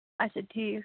اَچھا ٹھیٖک